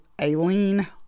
Aileen